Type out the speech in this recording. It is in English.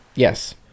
Yes